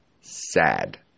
sad